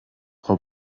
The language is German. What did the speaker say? frau